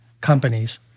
companies